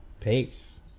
Peace